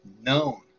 known